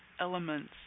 elements